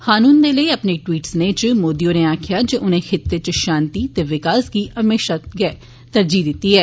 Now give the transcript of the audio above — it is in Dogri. खान हुन्दे लेई अपनी ट्वीट स्नेह च मोदी होरें आक्खेआ जे उनें खित्ते च शांति ते विकास गी म्हेशां थमां गै तरजी दित्ती ऐ